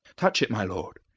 touch it, my lord.